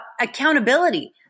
accountability